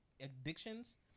addictions